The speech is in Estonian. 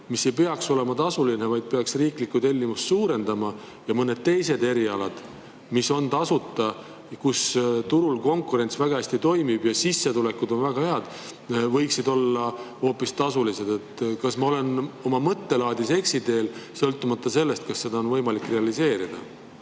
mis ei peaks olema tasuline, vaid me peaksime hoopis selle riiklikku tellimust suurendama, ja mõned teised erialad, mille puhul konkurents väga hästi toimib ja sissetulekud on väga head, võiksid olla tasulised. Kas ma olen oma mõttelaadiga eksiteel – sõltumata sellest, kas seda on võimalik realiseerida?